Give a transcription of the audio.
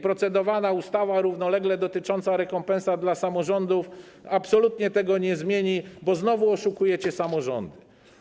Procedowana równolegle ustawa dotycząca rekompensat dla samorządów absolutnie tego nie zmieni, bo znowu oszukujecie samorządy.